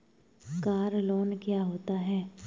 Car loan क्या होता है?